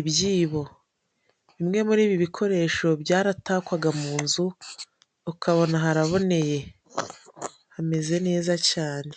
ibyibo bimwe muri ibi bikoresho byaratakwaga mu nzu; ukabona haraboneye hameze neza cane.